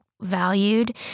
valued